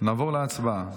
נעבור להצבעה.